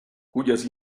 cuyas